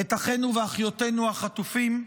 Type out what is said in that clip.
את אחינו ואחיותינו החטופים.